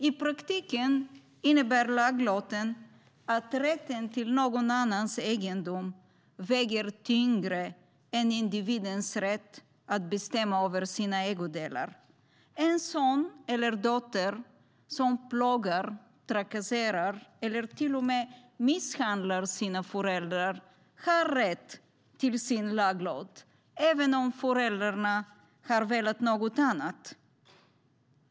I praktiken innebär laglotten att rätten till någon annans egendom väger tyngre än individens rätt att bestämma över sina ägodelar. En son eller dotter som plågar, trakasserar eller till och med misshandlar sina föräldrar har rätt till sin laglott även om föräldrarna har velat något annat.